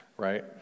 right